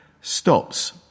stops